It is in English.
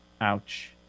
Ouch